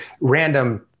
random